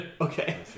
Okay